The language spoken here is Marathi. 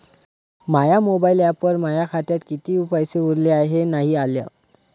माया मोबाईल ॲपवर माया खात्यात किती पैसे उरले हाय हे नाही आलं